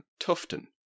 Tufton